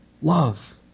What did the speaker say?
love